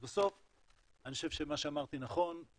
בסוף אני חושב שמה שאמרתי נכון,